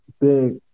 big